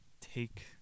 take